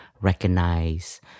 recognize